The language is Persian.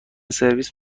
سرویس